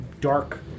dark